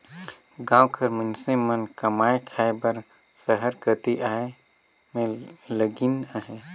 गाँव कर मइनसे मन कमाए खाए बर सहर कती आए में लगिन अहें